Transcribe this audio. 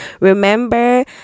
Remember